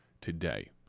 today